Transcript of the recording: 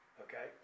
Okay